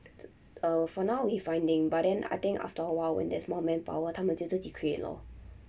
err for now we finding but then I think after awhile when there's more manpower 他们就自己 create lor